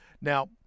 Now